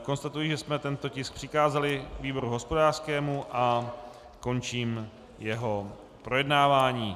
Konstatuji, že jsme tento tisk přikázali výboru hospodářskému, a končím jeho projednávání.